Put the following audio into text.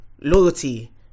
loyalty